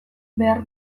behar